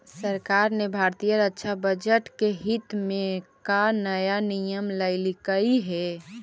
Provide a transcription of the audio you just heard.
सरकार ने भारतीय रक्षा बजट के हित में का नया नियम लइलकइ हे